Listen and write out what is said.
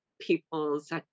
people's